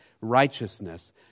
righteousness